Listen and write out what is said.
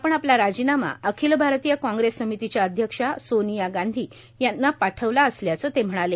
आपण आपला राजीनामा अखिल भारतीय काँग्रेस समितीच्या अध्यक्षा सोविया गांधी यांना पाठवलं असल्याचं ते म्हणाले